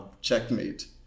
checkmate